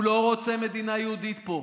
הוא לא רוצה מדינה יהודית פה.